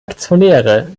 aktionäre